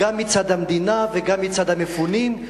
גם מצד המדינה וגם מצד המפונים.